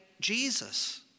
Jesus